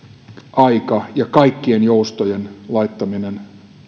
aika ja kaikkien joustojen laittaminen